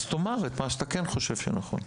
אז תאמר את מה שאתה כן חושב שנכון.